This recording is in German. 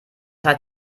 heißt